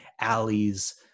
alleys